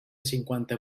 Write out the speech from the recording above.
cinquanta